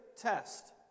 test